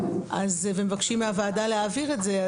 ומבקשים מהוועדה להעביר את זה,